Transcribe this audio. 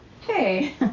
hey